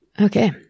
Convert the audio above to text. okay